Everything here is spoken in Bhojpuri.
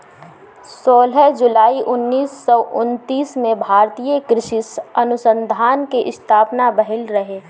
सोलह जुलाई उन्नीस सौ उनतीस में भारतीय कृषि अनुसंधान के स्थापना भईल रहे